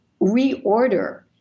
reorder